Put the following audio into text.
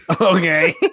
Okay